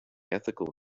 ethical